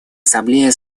ассамблее